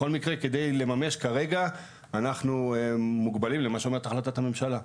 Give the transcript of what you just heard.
בכל מקרה כדי לממש כרגע אנחנו מוגבלים למה שאומרת החלטת הממשלה.